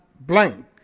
blank